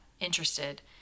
interested